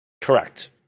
Correct